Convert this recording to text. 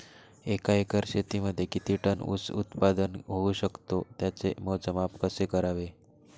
एका एकर शेतीमध्ये किती टन ऊस उत्पादन होऊ शकतो? त्याचे मोजमाप कसे करावे?